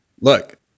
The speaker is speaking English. Look